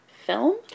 film